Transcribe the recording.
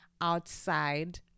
outside